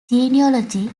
genealogy